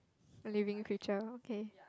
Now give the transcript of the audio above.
a living creature okay